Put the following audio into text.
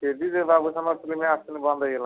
ବନ୍ଦ ହେଇଗଲାଣି